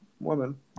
woman